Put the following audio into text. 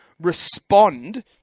respond